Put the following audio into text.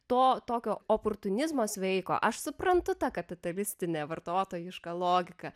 to tokio oportunizmo sveiko aš suprantu ta kapitalistinė vartotojiška logika